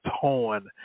torn